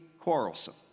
quarrelsome